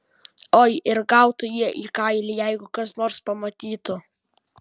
oi ir gautų jie į kailį jeigu kas nors pamatytų